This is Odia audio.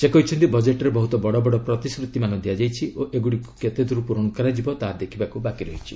ସେ କହିଛନ୍ତି ବଜେଟରେ ବହୁତ ବଡ଼ବଡ଼ ପ୍ରତିଶ୍ରତି ଦିଆଯାଇଛି ଓ ଏଗୁଡ଼ିକ କେତେଦୂର ପୂରଣ କରାଯିବ ତାହା ଦେଖିବାକୁ ବାକିଅଛି